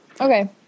okay